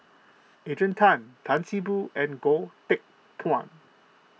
Adrian Tan Tan See Boo and Goh Teck Phuan